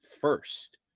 first